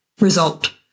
result